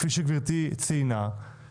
כפי שגברתי ציינה,